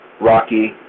Rocky